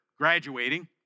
graduating